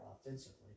offensively